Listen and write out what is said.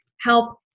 help